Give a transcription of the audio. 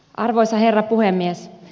arvoisa herra puhemies